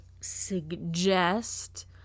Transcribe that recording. suggest